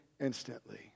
instantly